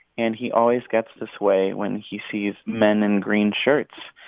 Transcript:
and he always gets this way when he sees men in green shirts.